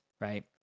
right